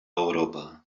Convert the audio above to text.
europa